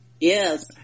Yes